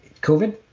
COVID